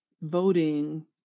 voting